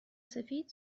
سفید